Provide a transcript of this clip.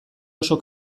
oso